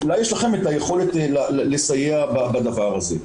אולי יש לכם את היכולת לסייע בדבר הזה.